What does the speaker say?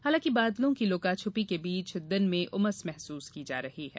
हालांकि बादलों की लुकाछुपी के बीच दिन में उमस महसूस की जा रही है